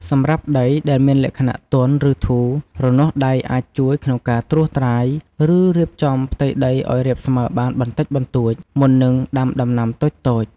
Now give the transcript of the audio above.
សម្រាប់ដីដែលមានលក្ខណៈទន់ ឬធូរ រនាស់ដៃអាចជួយក្នុងការត្រួសត្រាយ ឬរៀបចំផ្ទៃដីឱ្យរាបស្មើបានបន្តិចបន្តួច មុននឹងដាំដំណាំតូចៗ។